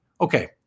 okay